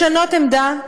לשנות עמדה,